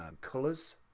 colors